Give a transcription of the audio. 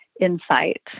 insight